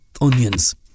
onions